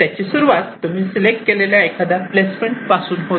त्याची सुरुवात तुम्ही सिलेक्ट केलेल्या एखाद्या प्लेसमेंट पासून होते